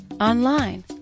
online